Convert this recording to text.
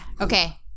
Okay